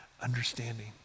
understanding